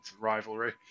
rivalry